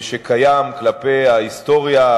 שקיים כלפי ההיסטוריה,